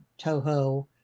Toho